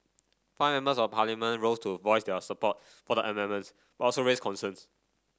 five members of parliament rose to voice their support for the amendments but also raised concerns